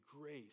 grace